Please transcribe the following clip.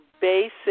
basic